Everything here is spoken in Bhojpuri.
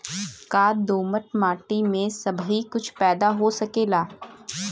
का दोमट माटी में सबही कुछ पैदा हो सकेला?